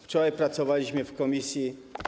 Wczoraj pracowaliśmy w komisji.